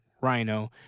Rhino